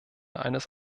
eines